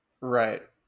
Right